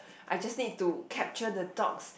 I just need to capture the dogs